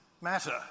matter